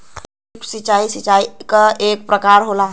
lift सिंचाई, सिंचाई क एक प्रकार होला